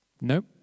Nope